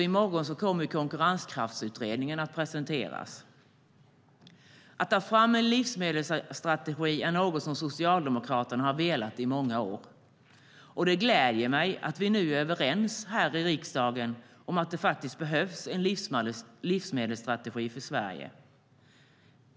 I morgon kommer även konkurrenskraftsutredningen att presenteras. Att ta fram en livsmedelsstrategi är något som Socialdemokraterna har velat i många år. Det gläder mig att vi nu är överens här i riksdagen om att det faktiskt behövs en livsmedelsstrategi för Sverige.